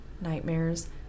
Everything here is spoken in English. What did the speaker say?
nightmares